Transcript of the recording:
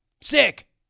Sick